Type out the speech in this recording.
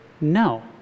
no